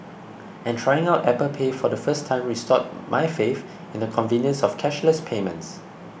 and trying out Apple Pay for the first time restored my faith in the convenience of cashless payments